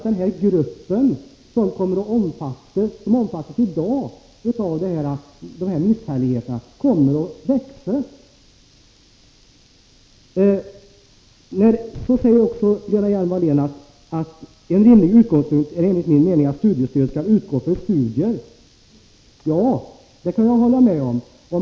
Den grupp som omfattas av dessa bestämmelser kommer därför troligen att växa. Lena Hjelm-Wallén säger: ”En rimlig utgångspunkt är enligt min mening att studiestöd skall utgå för studier.” Det kan jag hålla med om.